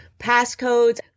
passcodes